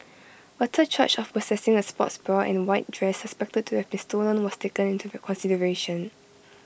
A third charge of possessing A sports bra and white dress suspected to have been stolen was taken into consideration